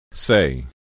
Say